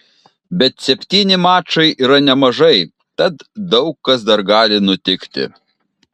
bet septyni mačai yra nemažai tad daug kas dar gali nutikti